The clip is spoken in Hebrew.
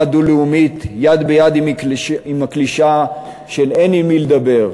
דו-לאומית יד ביד עם הקלישאה של "אין עם מי לדבר".